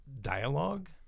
dialogue